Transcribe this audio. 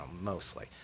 mostly